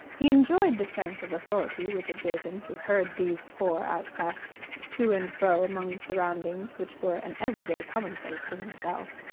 he enjoyed the sense of authority which it gave him to herd these poor outcasts to and fro among the surroundings which were an everyday commonplace to himself.